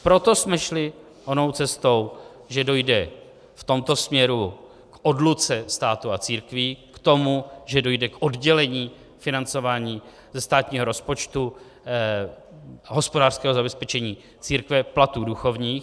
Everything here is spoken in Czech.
Proto jsme šli onou cestou, že dojde v tomto směru k odluce státu a církví, k tomu, že dojde k oddělení financování ze státního rozpočtu, hospodářského zabezpečení církve, platů duchovních.